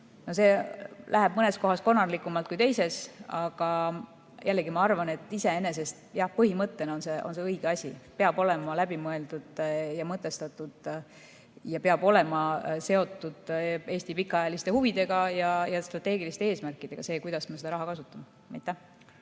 läheb mõnes kohas konarlikumalt kui teises, aga ma jällegi arvan, et iseenesest põhimõttena on see õige asi. Peab olema läbi mõeldud ja mõtestatud ning peab olema seotud Eesti pikaajaliste huvidega ja strateegiliste eesmärkidega see, kuidas me seda raha kasutame. Aitäh!